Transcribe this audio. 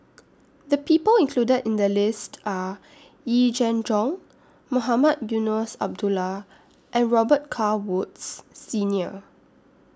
The People included in The list Are Yee Jenn Jong Mohamed Eunos Abdullah and Robet Carr Woods Senior